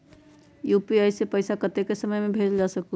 UPI से पैसा कतेक समय मे भेजल जा स्कूल?